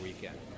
Weekend